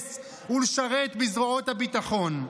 להתגייס ולשרת בזרועות הביטחון.